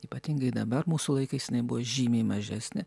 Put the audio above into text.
ypatingai dabar mūsų laikais jinai buvo žymiai mažesnė